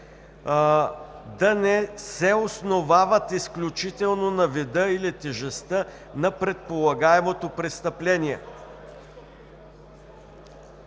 да не се основават изключително на вида или тежестта на предполагаемото престъпление.